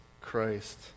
Christ